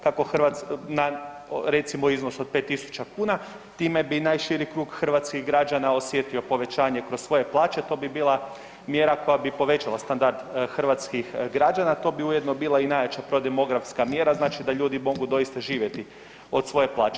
Kako .../nerazumljivo/... na recimo iznos od 5 tisuća kuna, time bi najširi krug hrvatskih građana osjetio povećanje kroz svoje plaće, to bi bila mjera koja bi povećala standard hrvatskih građana, to bi ujedno bila i najjača prodemografska mjera, znači da ljudi mogu doista živjeti od svoje plaće.